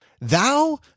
Thou